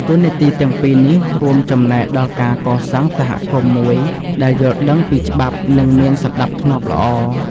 តួនាទីទាំងពីរនេះរួមចំណែកដល់ការកសាងសហគមន៍មួយដែលយល់ដឹងពីច្បាប់ និងមានសណ្តាប់ធ្នាប់ល្អ។